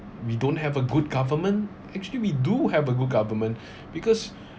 we don't have a good government actually we do have a good government because